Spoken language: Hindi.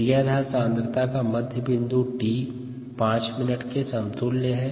क्रियाधार सांद्रता का मध्य बिंदु t 5 मिनट के समतुल्य है